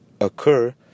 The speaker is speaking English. occur